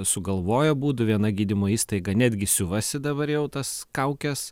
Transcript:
sugalvoja būdų viena gydymo įstaiga netgi siuvasi dabar jau tas kaukes